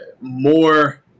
more